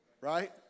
right